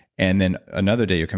and then another day you're